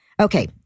Okay